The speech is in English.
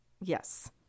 Yes